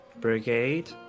Brigade